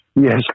Yes